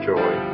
Joy